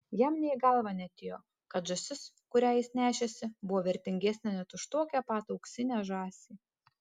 jam nė į galvą neatėjo kad žąsis kurią jis nešėsi buvo vertingesnė net už tokią pat auksinę žąsį